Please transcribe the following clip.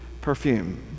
perfume